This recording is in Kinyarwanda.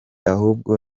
ahubwo